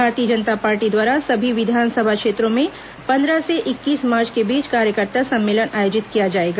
भारतीय जनता पार्टी द्वारा सभी विधानसभा क्षेत्रों में पंद्रह से इक्कीस मार्च के बीच कार्यकर्ता सम्मेलन आयोजित किया जाएगा